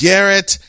Garrett